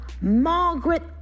Margaret